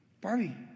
Barbie